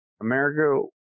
America